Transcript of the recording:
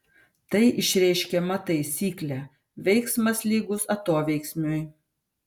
tai išreiškiama taisykle veiksmas lygus atoveiksmiui